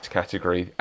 category